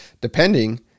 depending